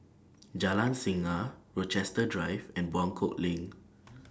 Jalan Singa Rochester Drive and Buangkok LINK